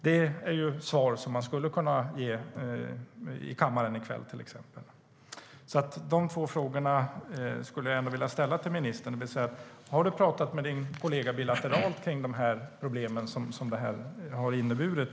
Det är frågor som hon skulle kunna ge svar på i kammaren i kväll. Har statsrådet pratat med sin kollega bilateralt om de problem som det här har inneburit?